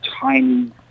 tiny